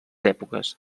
èpoques